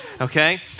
Okay